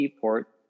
port